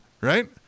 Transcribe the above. right